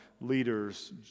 leaders